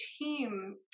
team